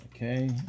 Okay